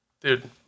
dude